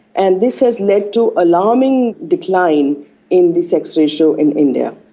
and this has led to alarming decline in the sex ratio in india.